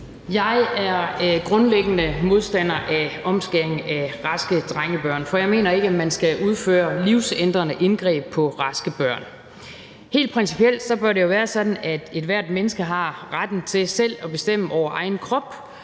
Jeg er grundlæggende modstander af omskæring af raske drengebørn, for jeg mener ikke, at man skal udføre livsændrende indgreb på raske børn. Helt principielt bør det jo være sådan, at ethvert menneske har retten til selv at bestemme over egen krop,